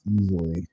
easily